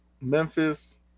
memphis